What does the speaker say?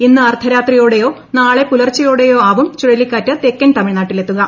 ഇന്ന് അർദ്ധരാത്രിയോടെയോ നാളെ പുലർച്ചയോടെയോ ആവും ചുഴലിക്കാറ്റ് തെക്കൻ തമിഴ്നാട്ടിലെത്തുക